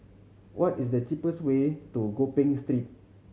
what is the cheapest way to Gopeng Street